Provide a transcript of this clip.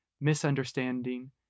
misunderstanding